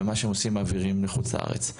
ומה שהם עושים הם מעבירים לחוץ לארץ,